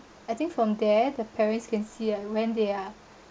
I think from there the parents can see ah when they are